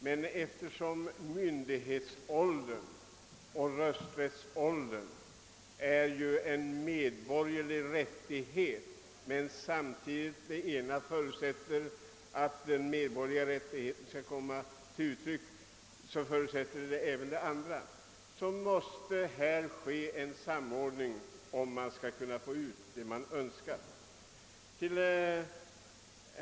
Men eftersom myndighetsåldern och rösträttsåldern gäller medborgerliga rättigheter och den ena förutsätter att den andra medborgerliga rättigheten skall komma till uttryck måste det ske en samordning för att resultatet skall kunna bli tillfredsställande.